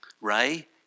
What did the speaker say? Ray